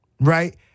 right